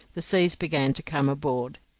the seas began to come aboard.